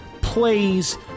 plays